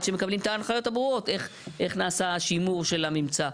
שמקבלים את ההנחיות הברורות איך נעשה השימור של הממצא.